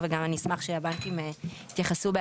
אלא יש פה עניין מהותי שהם צריכים לבדוק שאכן התהליכים האלה נעשו כמו